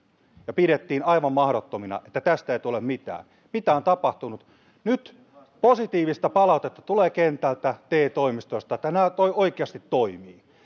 ja joita pidettiin aivan mahdottomina että tästä ei tule mitään mitä on tapahtunut nyt positiivista palautetta tulee kentältä te toimistoista että nämä oikeasti toimivat